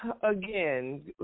again